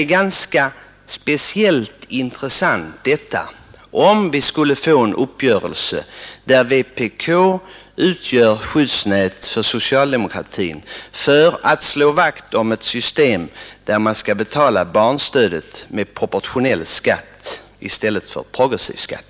Men vad som är speciellt intressant är att vi skulle få en uppgörelse där vpk utgör socialdemokratins skyddsnät när det gäller att slå vakt om ett system som innebär att man skall betala barnstödet med proportionell skatt i stället för progressiv skatt.